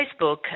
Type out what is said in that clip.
Facebook